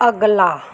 ਅਗਲਾ